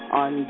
on